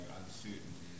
uncertainty